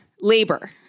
labor